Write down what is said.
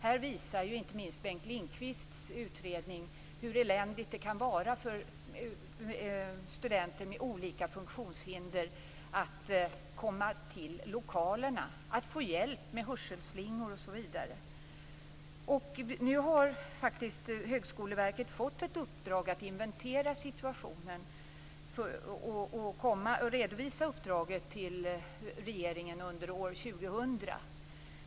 Här visar inte minst Bengt Lindqvists utredning hur eländigt det kan vara för studenter med olika funktionshinder att komma till lokalerna, att få hjälp med hörselslingor osv. Högskoleverket har nu faktiskt fått i uppdrag att inventera situationen. Man skall redovisa uppdraget till regeringen under år 2000.